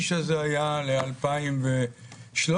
ל-2013.